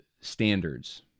standards